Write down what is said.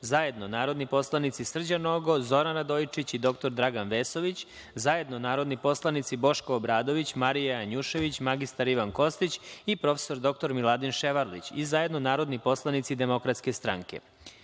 zajedno narodni poslanici Srđan Nogo, Zoran Radojičić i dr Dragan Vesović, zajedno narodni poslanici Boško Obradović, Marija109/2JČ/BMJanjušević, mr Ivan Kostić i prof. dr Miladin Ševarlić, i zajedno narodni poslanici Demokratske stranke. Reč